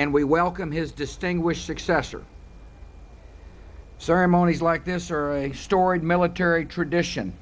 and we welcome his distinguished success ceremonies like this are a store and military tradition